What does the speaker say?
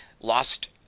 lost